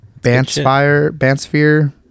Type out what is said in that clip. Bansphere